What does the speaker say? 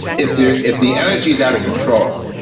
if the if the energy is out of control,